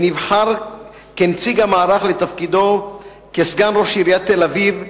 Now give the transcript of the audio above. ונבחר כנציג המערך לתפקידו כסגן ראש עיריית תל-אביב.